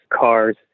cars